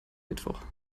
mittwoch